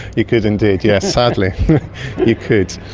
you could indeed, yes, sadly you could.